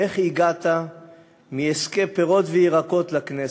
איך הגעת מעסקי פירות וירקות לכנסת?